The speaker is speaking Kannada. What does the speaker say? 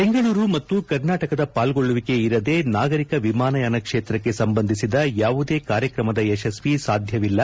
ಬೆಂಗಳೂರು ಮತ್ತು ಕರ್ನಾಟಕದ ಪಾಲ್ಗೊಳ್ಳುವಿಕೆ ಇರದೆ ನಾಗರಿಕ ವಿಮಾನಯಾನ ಕ್ಷೇತ್ರಕ್ಕೆ ಸಂಬಂಧಿಸಿದ ಯಾವುದೇ ಕಾರ್ಯಕ್ರಮದ ಯಶಸ್ವಿ ಸಾಧ್ಯವಿಲ್ಲ